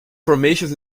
formations